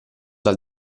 dal